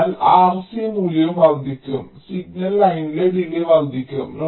അതിനാൽ RC മൂല്യവും വർദ്ധിക്കും അതിനാൽ സിഗ്നൽ ലൈനിലെ ഡിലേയും വർദ്ധിക്കും